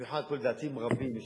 במיוחד פה, לדעתי הם רבים.